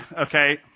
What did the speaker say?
okay